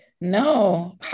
No